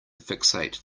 fixate